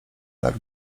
tak